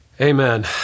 Amen